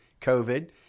COVID